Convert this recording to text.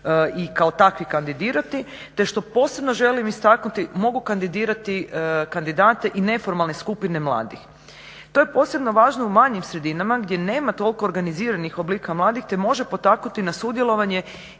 i kao takvi kandidirati te što posebno želim istaknuti, mogu kandidirati kandidate i neformalne skupine mladih. To je posebno važno u manjim sredinama gdje nema toliko organiziranih oblika mladih te može potaknuti na sudjelovanje